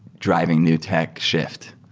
driving new tech shift.